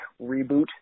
reboot